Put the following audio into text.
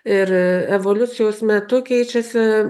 ir evoliucijos metu keičiasi